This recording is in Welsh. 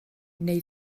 neu